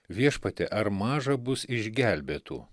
viešpatie ar maža bus išgelbėtų